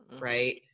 right